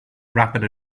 rapid